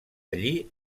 allí